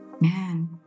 man